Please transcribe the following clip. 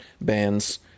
bands